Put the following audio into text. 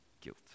Guilt